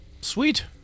sweet